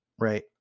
Right